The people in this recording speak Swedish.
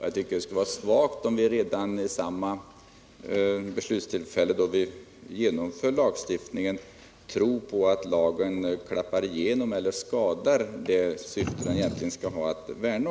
Jag tycker att det skulle vara svagt, om vi redan vid det tillfälle då vi fattar beslut om att genomföra lagstiftningen skulle tro, att lagen kommer att skada det syfte den egentligen skall värna.